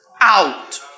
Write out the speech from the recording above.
out